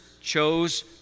chose